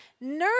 Nerve